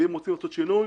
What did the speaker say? ואם רוצים לעשות שינוי,